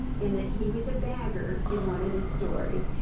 and that he was a bagger in one of the stores,